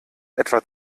etwa